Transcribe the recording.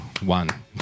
One